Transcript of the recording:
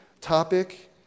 topic